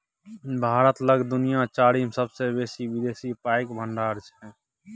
भारत लग दुनिया चारिम सेबसे बेसी विदेशी पाइक भंडार छै